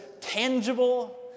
tangible